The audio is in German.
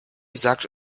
sagte